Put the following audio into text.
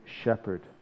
Shepherd